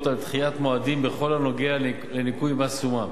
על דחיית מועדים בכל הנוגע לניכוי מס תשומות,